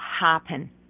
happen